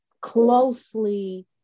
closely